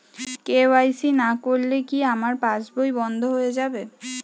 KYC না করলে কি আমার পাশ বই বন্ধ হয়ে যাবে?